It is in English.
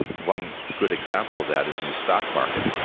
one good example of that is in the stock market,